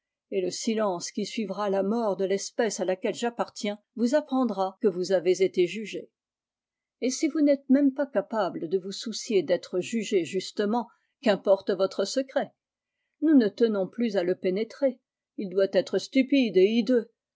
et le silence qui suivra la de l'espèce à laquelle j'appartiens vous i apprendra que vous avez été jugé et si vous n'êtes même pas capable de vous soucier d'être jugé justement qu'importe votre secret nous ne tenons plus à le pénétrer il doit être stupide et